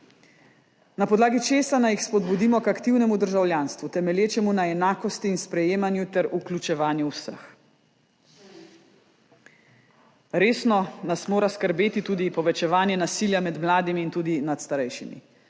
Na podlagi česa naj jih spodbudimo k aktivnemu državljanstvu, temelječemu na enakosti in sprejemanju ter vključevanju vseh? Resno nas mora skrbeti tudi povečevanje nasilja med mladimi in tudi nad starejšimi.